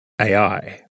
AI